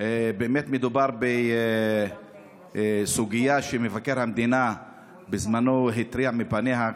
באמת מדובר בסוגיה שמבקר המדינה בזמנו התריע עליה,